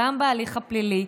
גם בהליך הפלילי,